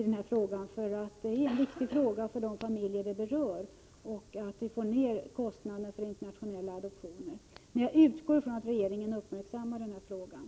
Detta är verkligen en viktig fråga för de familjer som berörs, och det är väsentligt att vi får ner kostnaderna för internationella adoptioner. Jag utgår alltså från att regeringen uppmärksammar frågan.